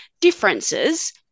differences